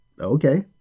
Okay